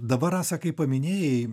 dabar rasa kai paminėjai